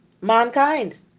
mankind